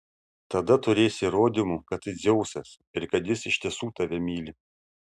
tada turėsi įrodymų kad tai dzeusas ir kad jis iš tiesų tave myli